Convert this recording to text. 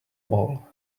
wall